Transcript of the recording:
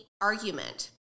argument